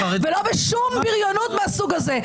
ולא בשום בריונות מהסוג הזה.